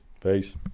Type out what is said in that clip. Peace